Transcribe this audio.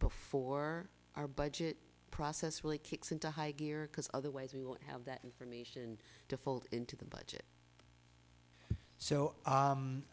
before our budget process really kicks into high gear because otherwise we won't have that information to fold into the budget so